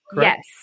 Yes